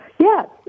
Yes